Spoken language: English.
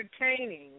entertaining